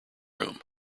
room